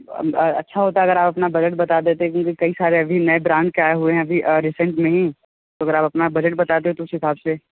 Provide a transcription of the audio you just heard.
अच्छा होता है अगर आप अपना बजट बता देते है क्योंकि कई सारे अभी नए ब्रांड के आये हुए है अभी रीसेंट में ही तो अगर आप अपना बजट बताते तो उस हिसाब से